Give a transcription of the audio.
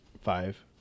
Five